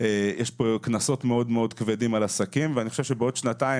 יש פה קנסות מאוד מאוד כבדים על עסקים ואני חושב שבעוד שנתיים